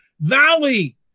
valley